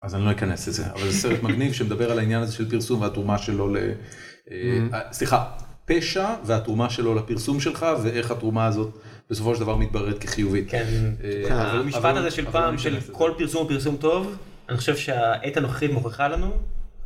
אז אני לא אכנס לזה אבל זה סרט מגניב שמדבר על העניין הזה של פרסום והתרומה שלו לזה סליחה פשע והתרומה שלו לפרסום שלך ואיך התרומה הזאת בסופו של דבר מתבררת כחיובית. משפט הזה של פעם כל פרסום - הוא פרסום טוב, אני חושב שהעת הנוכחית מוכיחה לנו.